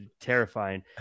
terrifying